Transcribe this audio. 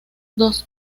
dos